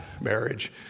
marriage